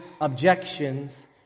objections